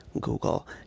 Google